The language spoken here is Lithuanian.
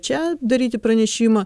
čia daryti pranešimą